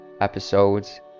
episodes